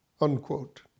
unquote